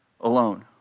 alone